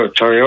Toyota